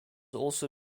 also